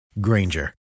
Granger